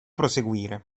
proseguire